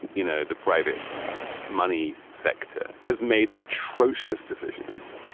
you know, the private money sector has made atrocious decisions.